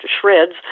shreds